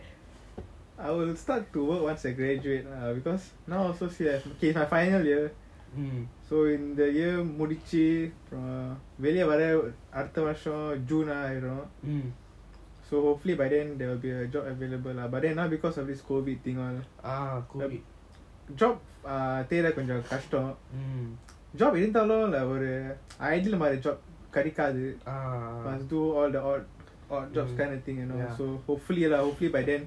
I will start to work once I graduate lah because now also you have okay my final year so in the year முடிச்சி அப்புறம் வெளிய வர அடுத்த வருஷ:mudichi apram veliya vara adutha varusa june ah you know so hopefully by then there will be a job available lah but then now because of this COVID thing ah job err தேட கொஞ்சம் கஷ்டம்:theada konjam kastam job இருந்தாலும் மாறி கெடைக்காது:irunthaalum maari kedaikathu must do all the odd odd jobs kind of thing you know so hopefully lah hopefully by then